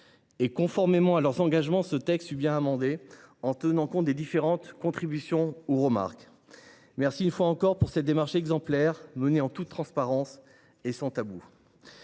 Conformément à leurs engagements, ce texte fut bien amendé, en tenant compte des différentes contributions ou remarques qui ont été formulées. Merci, une fois encore, pour cette démarche exemplaire, menée en toute transparence et sans tabous.